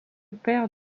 père